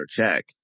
check